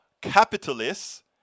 capitalists